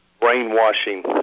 brainwashing